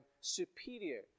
superior